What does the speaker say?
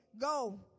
go